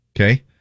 Okay